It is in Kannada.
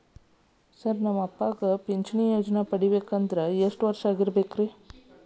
ಸರ್ ನನ್ನ ಅಪ್ಪನಿಗೆ ಪಿಂಚಿಣಿ ಯೋಜನೆ ಪಡೆಯಬೇಕಂದ್ರೆ ಎಷ್ಟು ವರ್ಷಾಗಿರಬೇಕ್ರಿ?